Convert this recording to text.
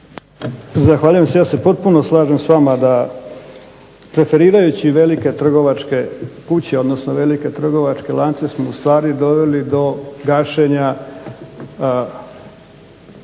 Zahvaljujem. Ja se potpuno slažem s vama da preferirajući velike trgovačke kuće, odnosno velike trgovačke lance smo ustvari doveli do gašenja